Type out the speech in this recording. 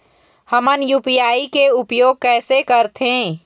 हमन यू.पी.आई के उपयोग कैसे करथें?